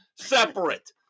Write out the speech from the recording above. separate